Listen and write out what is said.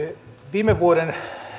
viime vuoden